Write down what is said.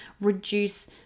reduce